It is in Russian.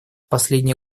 последние